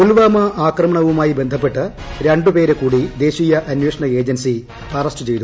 പുൽവാമ ആക്രമണവുമായി ബന്ധപ്പെട്ട് രണ്ട് പേരെ കൂടി ദേശീയ അന്വേഷണ ഏജൻസി അറസ്റ്റ് ചെയ്തു